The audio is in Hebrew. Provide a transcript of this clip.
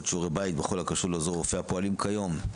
שיעורי בית בכל הקשור לעוזרי הרופא הפועלים כיום.